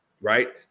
right